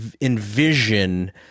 envision